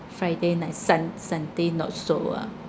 friday night sun~ sunday not so ah